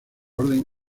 orden